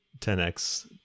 10x